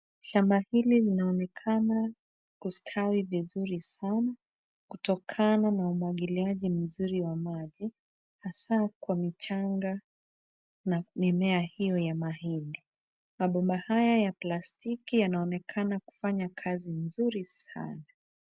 Shamba hili linaonekana kustawi vizuri sana kutokana na umwagiliaji mzuri wa maji hasa kwa michanga na mimea hiyo ya mahindi. Mabomba haya ya plastiki yanaonekana kufanya kazi nzuri.